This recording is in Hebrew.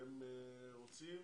שהם רוצים.